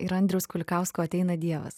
yra andriaus kulikausko ateina dievas